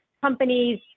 companies